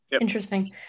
Interesting